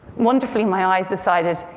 wonderfully, my eyes decided,